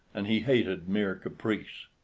and he hated mere caprice.